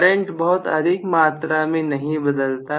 current बहुत अधिक मात्रा में नहीं बदलता